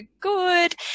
good